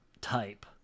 type